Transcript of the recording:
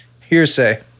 hearsay